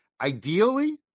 Ideally